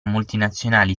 multinazionali